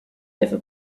over